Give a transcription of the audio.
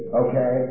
okay